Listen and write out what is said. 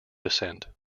descent